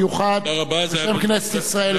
זה, כנסת ישראל, זה היה בעזרתך.